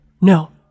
No